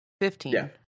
Fifteen